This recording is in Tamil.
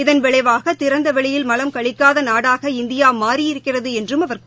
இதன் விளைவாக திறந்த வெளியில் மலம்கழிக்காத நாடாக இந்தியா மாறியிருக்கிறது என்றும் அவர் க